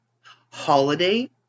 Holiday